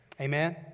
Amen